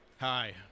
Hi